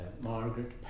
Margaret